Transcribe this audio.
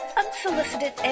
unsolicited